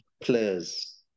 players